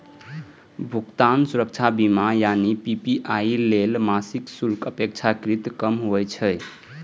भुगतान सुरक्षा बीमा यानी पी.पी.आई लेल मासिक शुल्क अपेक्षाकृत कम होइ छै